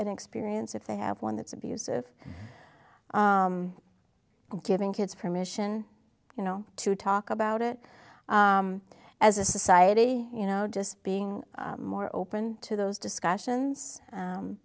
an experience if they have one that's abusive giving kids permission you know to talk about it as a society you know just being more open to those discussions